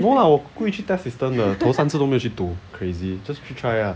!wow! 我故意去 test system 的都三次都没有去读 crazy just 去 try ah